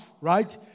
right